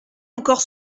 encore